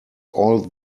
all